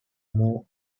move